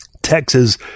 Texas